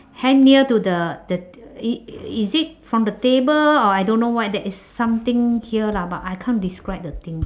hang near to the the t~ i~ is it from the table or I don't know what there is something here lah but I can't describe the thing